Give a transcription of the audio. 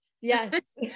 Yes